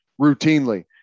routinely